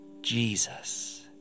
Jesus